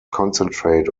concentrate